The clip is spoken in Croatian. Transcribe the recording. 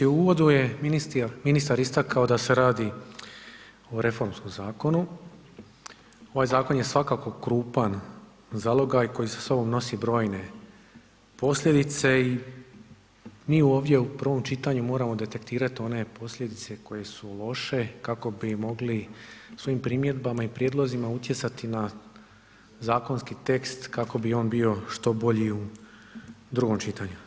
U uvodu je ministar istakao da se radi o reformskom Zakonu, ovaj Zakon je svakako krupan zalogaj koji sa sobom nosi brojne posljedice i mi ovdje u prvom čitanju moramo detektirati one posljedice koje su loše kako bi mogli svojim primjedbama i prijedlozima utjecati na zakonski tekst kako bi on bio što bolji u drugom čitanju.